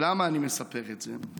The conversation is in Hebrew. למה אני מספר את זה?